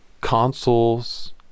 consoles